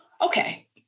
Okay